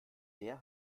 der